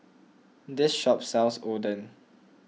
this shop sells Oden